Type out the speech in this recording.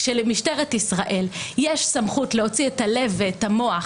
כשלמשטרת ישראל יש סמכות להוציא את הלב ואת המוח,